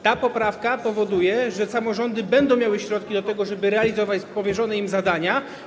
Ta poprawka powoduje, że samorządy będą miały środki do tego, żeby realizować powierzone im zadania.